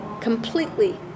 completely